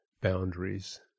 boundaries